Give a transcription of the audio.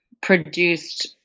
produced